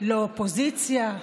לא אופוזיציה,